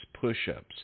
push-ups